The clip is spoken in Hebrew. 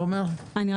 אדוני,